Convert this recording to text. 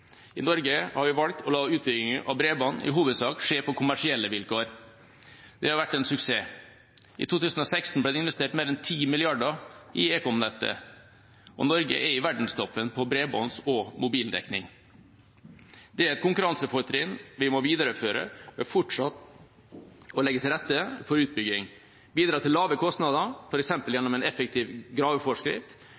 I Norge har vi valgt å la utbyggingen av bredbånd i hovedsak skje på kommersielle vilkår. Det har vært en suksess. I 2016 ble det investert mer enn 10 mrd. kr i ekomnettet, og Norge er i verdenstoppen på bredbånds- og mobildekning. Det er et konkurransefortrinn vi må videreføre ved fortsatt å legge til rette for utbygging, bidra til lave kostnader,